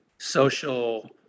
social